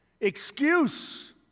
Excuse